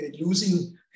losing